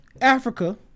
Africa